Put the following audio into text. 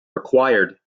required